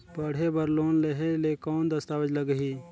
पढ़े बर लोन लहे ले कौन दस्तावेज लगही?